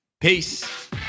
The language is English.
Peace